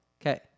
Okay